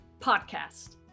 podcast